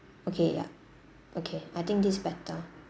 okay ya okay I think this is better